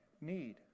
need